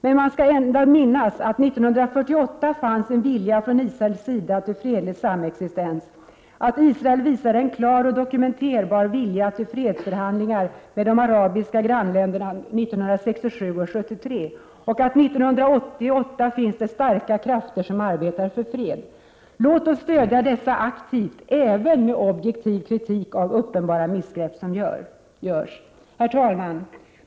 Men man måste ändå minnas att det 1948 fanns en vilja från Israels sida till fredlig samexistens och att Israel efter krigen 1967 och 1973 visade en klar och dokumenterbar vilja till fredsförhandlingar med de arabiska grannländerna och att det 1988 finns starka krafter i Israel som arbetar för fred. Låt oss stödja dessa aktivt även med objektiv kritik av uppenbara missgrepp som görs. Herr talman!